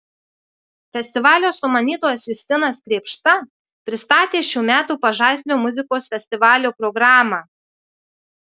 festivalio sumanytojas justinas krėpšta pristatė šių metų pažaislio muzikos festivalio programą